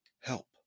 help